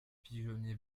pigeonnier